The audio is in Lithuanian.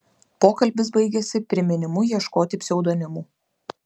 pokalbis baigėsi priminimu ieškoti pseudonimų